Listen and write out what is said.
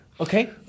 Okay